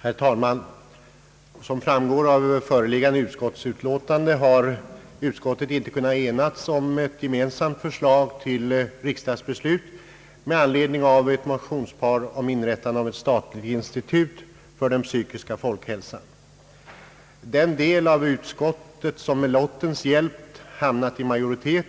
Herr talman! Som framgår av föreliggande utlåtande har allmänna beredningsutskottet inte kunnat enas om ett gemensamt förslag till riksdagsbeslut med anledning av ett motionspar om inrättande av ett statligt institut för den psykiska folkhälsan. Den del av utskottet som med lottens hjälp hamnat i majoritet